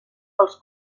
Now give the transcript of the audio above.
pels